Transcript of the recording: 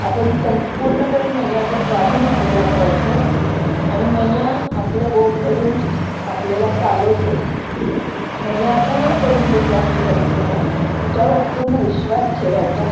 आपण संपूर्णपणे मैयाच्या स्वाधीन आपल्याला करायचं आणि मैया आपलं बोट धरून आपल्याला चालवते मैया पूर्ण करून घेते आपली परिक्रमा तिच्यावर पूर्ण विश्वास ठेवायचा